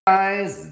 Guys